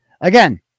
again